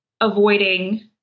avoiding